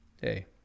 hey